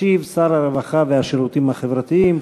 ישיב שר הרווחה והשירותים החברתיים,